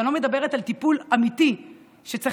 ואני כבר לא מדברת על טיפול אמיתי שצריך